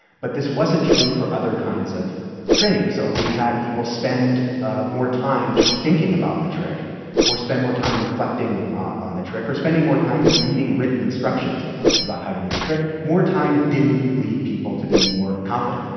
but this wasn't true for other kinds of training. so we had people spend ah more time just thinking about the trick or spend more time reflecting on the trick or spending more time reading written instructions about how to do the trick. more time didn't lead people to be more confident.